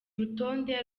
urutonde